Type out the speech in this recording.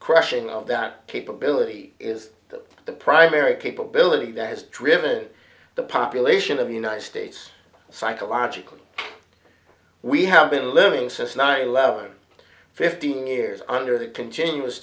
crushing of that capability is the primary capability that has driven the population of the united states psychologically we have been living since nine eleven fifteen years under the continuous